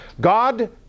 God